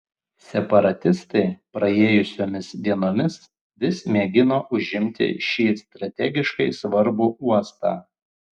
separatistai praėjusiomis dienomis vis mėgino užimti šį strategiškai svarbų uostą